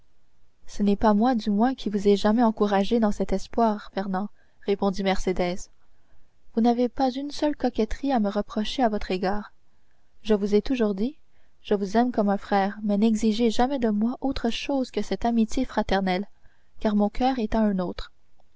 ce n'est pas moi du moins qui vous ai jamais encouragé dans cet espoir fernand répondit mercédès vous n'avez pas une seule coquetterie à me reprocher à votre égard je vous ai toujours dit je vous aime comme un frère mais n'exigez jamais de moi autre chose que cette amitié fraternelle car mon coeur est à un autre